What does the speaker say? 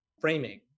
framing